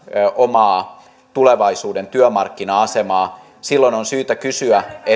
omaa tulevaisuuden työmarkkina asemaa silloin on syytä kysyä